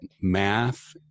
math